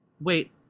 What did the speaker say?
Wait